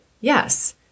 Yes